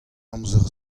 amzer